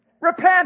Repent